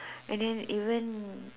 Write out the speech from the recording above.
and then even